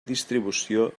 distribució